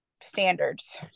standards